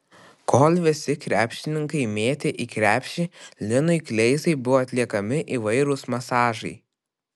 kol visi krepšininkai mėtė į krepšį linui kleizai buvo atliekami įvairūs masažai